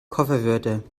kofferwörter